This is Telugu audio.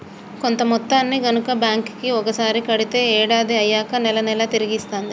కొంత మొత్తాన్ని గనక బ్యాంక్ కి ఒకసారి కడితే ఏడాది అయ్యాక నెల నెలా తిరిగి ఇస్తాంది